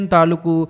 Taluku